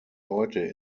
heute